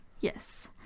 Yes